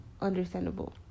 understandable